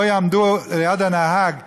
לא יעמדו ליד הנהג אנשים,